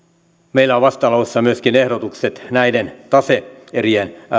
meillä on vastalauseessa myöskin ehdotukset näiden tase erien